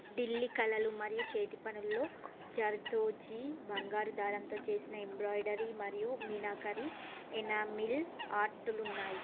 ఢిల్లీ కళలు మరియు చేతిపనుల్లో జర్దోజీ బంగారు దారంతో చేసిన ఎంబ్రాయిడరీ మరియు మీనాకరి ఎనామిల్ ఆర్ట్లు ఉన్నాయి